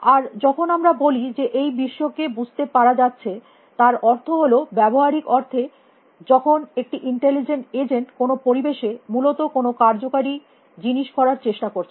আর যখন আমরা বলি যে এই বিশ্বকে বুঝতে পারা যাচ্ছে তার অর্থ হল ব্যবহারিক অর্থে যখন একটি ইন্টেলিজেন্ট এজেন্ট কোনো পরিবেশে মূলত কোনো কার্যকারী জিনিস করার চেষ্টা করছে